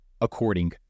According